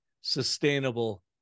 sustainable